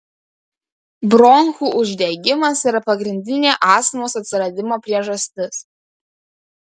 bronchų uždegimas yra pagrindinė astmos atsiradimo priežastis